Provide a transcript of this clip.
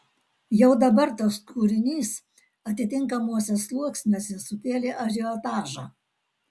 jau dabar tas kūrinys atitinkamuose sluoksniuose sukėlė ažiotažą